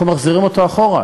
אנחנו מחזירים אותו אחורה,